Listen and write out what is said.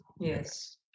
yes